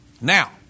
Now